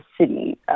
city